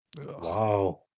Wow